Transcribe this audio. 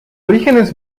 orígenes